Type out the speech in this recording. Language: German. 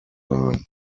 sein